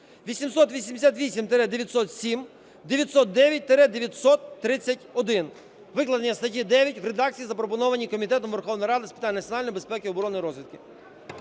888-907, 909-931. Викладення статті 9 в редакції, запропонованій Комітетом Верховної Ради з питань національної безпеки, оборони та розвідки.